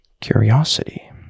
curiosity